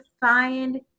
find